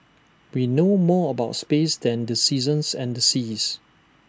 we know more about space than the seasons and the seas